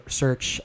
search